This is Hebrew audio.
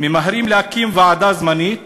ממהרים להקים ועדה זמנית